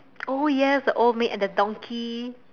oh yes the old maid and the donkey